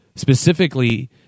Specifically